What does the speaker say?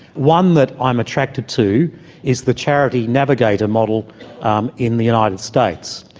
one that i am attracted to is the charity navigator model um in the united states,